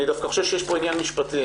אני דווקא חושב שיש פה עניין משפטי,